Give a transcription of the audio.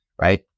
right